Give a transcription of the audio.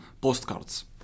postcards